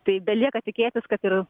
tai belieka tikėtis kad ir